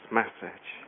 message